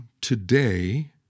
today